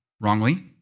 wrongly